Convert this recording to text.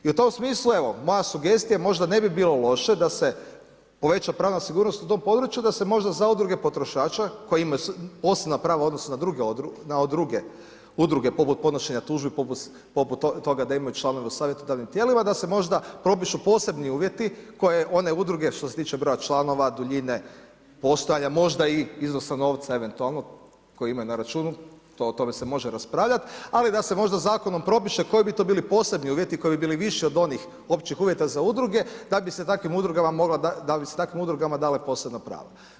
I u tom smislu evo moja sugestija, možda ne bi bilo loše da se poveća pravna sigurnost u tom području da se možda za udruge potrošača koje imaju osnovna prava u odnosu na druge udruge poput podnošenja tužbi, poput toga da imaju članove u savjetodavnim tijelima da se možda propišu posebni uvjeti koje one udruge što se tiče broja članova, duljine postojanja, možda i iznosa novca eventualno koji imaju na računu o tome se može raspravljati ali da se možda zakonom propiše koji bi to bili posebni uvjeti koji bi bili viši od onih općih uvjeta za udruge da bi se takvim udrugama dala i posebna prava.